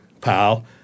pal